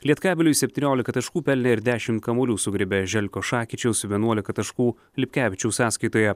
lietkabeliui septyniolika taškų pelnė ir dešimt kamuolių sugriebė želkošakičius vienuolika taškų lipkevičiaus sąskaitoje